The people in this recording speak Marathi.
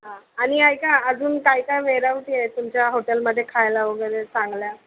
हां आणि ऐका अजून काय काय वेराउटी आहे तुमच्या होटेलमध्ये खायला वगैरे चांगल्या